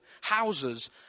houses